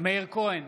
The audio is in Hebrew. מאיר כהן,